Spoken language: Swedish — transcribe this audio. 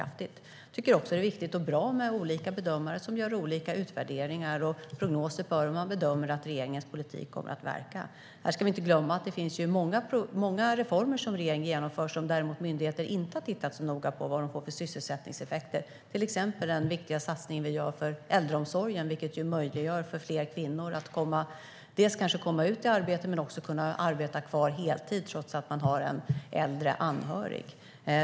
Jag tycker också att det är viktigt och bra med olika bedömare som gör olika utvärderingar och prognoser av hur regeringens politik kommer att verka. Här ska vi inte glömma att det finns många reformer som regeringen genomför där myndigheter inte har tittat så noga på sysselsättningseffekterna, till exempel den viktiga satsningen vi gör för äldreomsorgen. Denna satsning möjliggör för fler kvinnor dels att komma ut i arbete, dels att kunna arbeta kvar på heltid trots att man har en äldre anhörig.